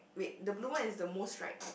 wait the blue one is the most stripe right